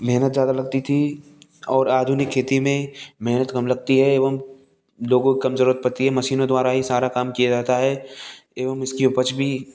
मेहनत ज़्यादा लगती थी और आधुनिक खेती में मेहनत कम लगती हे एवं लोगों कम ज़रूरत पड़ती है मशीनों द्वारा ही सारा काम किया जाता है एवं इसकी उपज भी